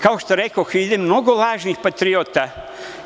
Kao što rekoh, ide mnogo lažnih patriota,